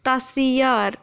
सतासी ज्हार